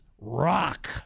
rock